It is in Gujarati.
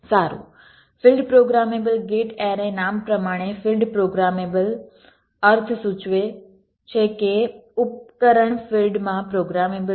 સારું ફીલ્ડ પ્રોગ્રામેબલ ગેટ એરે નામ પ્રમાણે ફીલ્ડ પ્રોગ્રામેબલ અર્થ સૂચવે છે કે ઉપકરણ ફીલ્ડમાં પ્રોગ્રામેબલ છે